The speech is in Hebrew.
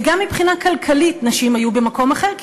וגם מבחינה כלכלית נשים היו במקום אחר,